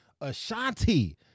Ashanti